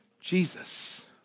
Jesus